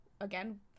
again